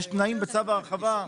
יש תנאים בצו ההרחבה.